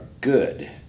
good